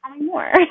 more